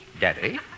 Daddy